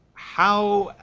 how,